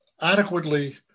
adequately